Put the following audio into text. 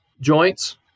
joints